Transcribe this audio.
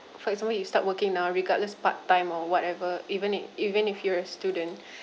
for example you start working now regardless part time or whatever even if even if you're a student